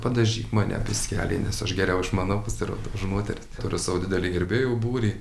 padažyk mane biskelį nes aš geriau išmanau pasirodo už moteris turiu savo didelį gerbėjų būrį